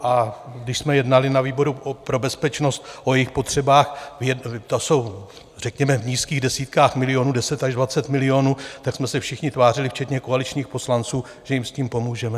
A když jsme jednali na výboru pro bezpečnost o jejich potřebách, to jsou řekněme v nízkých desítkách milionů, 10 až 20 milionů, tak jsme se všichni tvářili včetně koaličních poslanců, že jim s tím pomůžeme.